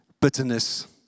bitterness